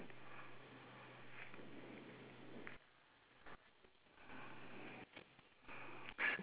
uh hut small house with a green sign